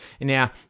Now